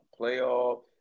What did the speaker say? playoff